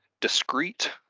discrete